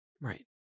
right